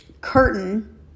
curtain